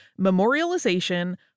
memorialization